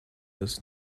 this